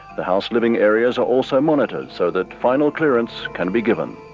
the house living areas are also monitored so that final clearance can be given.